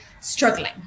struggling